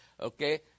Okay